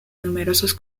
numerosos